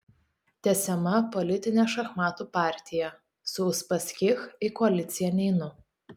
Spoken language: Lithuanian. tęsiama politinė šachmatų partija su uspaskich į koaliciją neinu